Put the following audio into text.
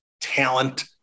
talent